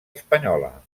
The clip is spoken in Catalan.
espanyola